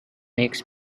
makes